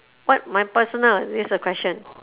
what my personal this is the question